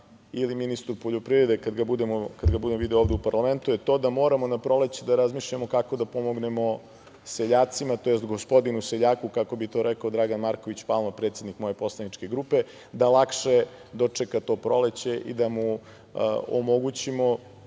ili ministru poljoprivredu, kada ga budem video ovde u parlamentu, je to da moramo na proleće da razmišljamo kako da pomognemo seljacima, tj. gospodinu seljaku, kako bi to rekao Dragan Marković Palma, predsednik moje poslaničke grupe, da lakše dočeka to proleće i da mu omogućimo